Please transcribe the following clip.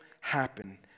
happen